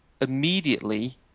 immediately